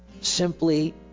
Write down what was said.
simply